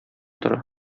тора